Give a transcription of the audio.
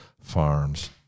farms